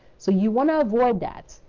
so, you want to avoid that.